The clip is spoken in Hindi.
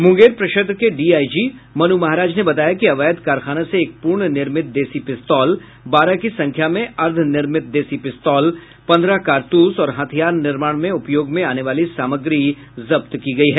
मुंगेर प्रक्षेत्र के डीआईजी मनु महाराज ने बताया कि अवैध कारखाना से एक पूर्ण निर्मित देशी पिस्तौल बारह की संख्या में अर्द्वनिर्मित देशी पिस्तौल पन्द्रह कारतूस और हथियार निर्माण में उपयोग में आने वाली सामग्री भी जब्त की गयी है